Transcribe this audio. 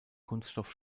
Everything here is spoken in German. kunststoff